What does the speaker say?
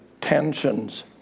tensions